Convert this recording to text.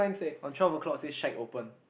on twelve clock say shack open